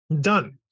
Done